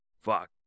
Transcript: Fuck